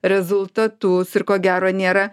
rezultatus ir ko gero nėra